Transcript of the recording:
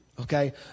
okay